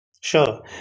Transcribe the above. Sure